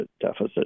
deficit